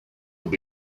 will